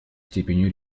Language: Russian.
степенью